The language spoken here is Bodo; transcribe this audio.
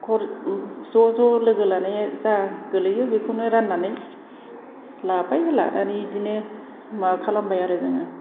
ज' ज' लोगो लानाया जा गोलैयो बेखौनो राननानै लाबाय लानानै बेदिनो माबा खालामबाय आरो जोङो